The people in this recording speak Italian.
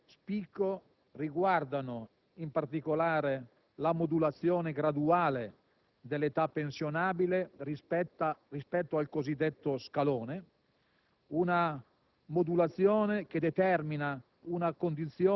I risultati di maggiore spicco riguardano, in particolare, la modulazione graduale dell'età pensionabile rispetto al cosiddetto scalone,